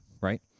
right